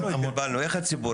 אני הולך לציבור,